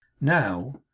Now